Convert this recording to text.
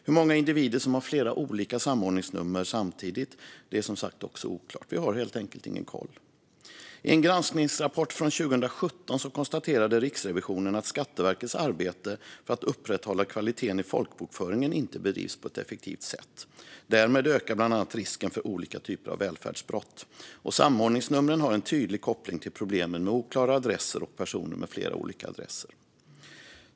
Hur många individer som har flera olika samordningsnummer samtidigt är som sagt också oklart. Vi har helt enkelt inte någon koll. I en granskningsrapport från 2017 konstaterade Riksrevisionen att Skatteverkets arbete för att upprätthålla kvaliteten i folkbokföringen inte bedrivs på ett effektivt sätt. Därmed ökar bland annat risken för olika typer av välfärdsbrott. Samordningsnumren har en tydlig koppling till problemen med oklara adresser och personer med flera olika adresser.